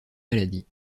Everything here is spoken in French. maladies